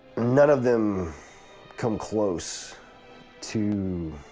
none of them come close to